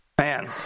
man